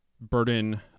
burden